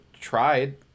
tried